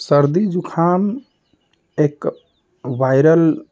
सर्दी ज़ुखाम एक वायरल